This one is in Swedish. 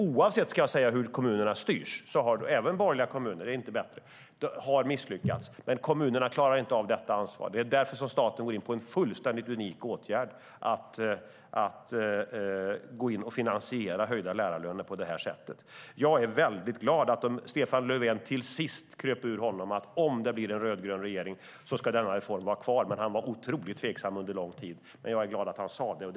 Oavsett hur kommunerna styrs har de misslyckats, även borgerliga kommuner. Kommunerna klarar inte av detta ansvar, och det är därför staten går in med en fullständigt unik åtgärd och finansierar höjda lärarlöner på detta sätt. Jag är glad att det till sist kröp ur Stefan Löfven att reformen blir kvar om det blir en rödgrön regering. Han var tveksam under lång tid, men jag är glad att han sade så.